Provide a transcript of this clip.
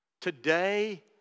Today